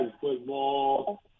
football